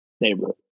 neighborhood